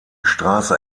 straße